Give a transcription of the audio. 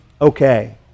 okay